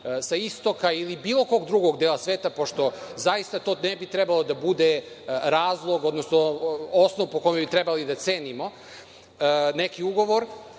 sa istoka ili bilo kog drugog dela, pošto zaista to ne bi trebao da bude osnov po kome bi trebali da cenimo neki ugovor,